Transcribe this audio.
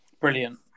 Brilliant